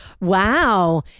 Wow